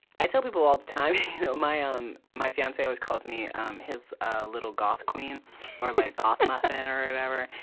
i tell people all the time you know my um my fiance always calls me um his ah little goth queen or like goth-muffin or whatever,